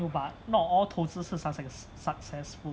but not all 投资是 success~ successful